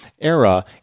era